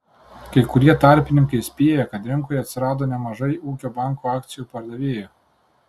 kai kurie tarpininkai spėja kad rinkoje atsirado nemažai ūkio banko akcijų pardavėjų